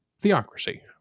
theocracy